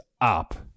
up